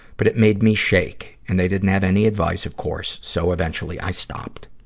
but it made me shake, and they didn't have any advice of course, so eventually i stopped.